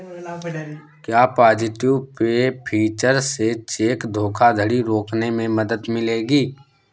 क्या positive pay feature से check धोखाधड़ी रोकने में मदद मिलेगी?